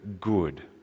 good